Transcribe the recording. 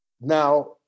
Now